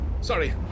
Sorry